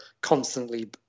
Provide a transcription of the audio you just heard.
constantly